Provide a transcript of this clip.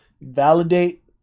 validate